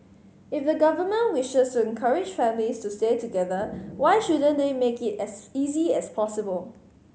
if the government wishes to encourage families to stay together why shouldn't they make it as easy as possible